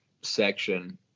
section